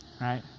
Right